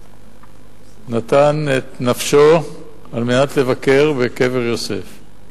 ונתן את נפשו על מנת לבקר בקבר יוסף.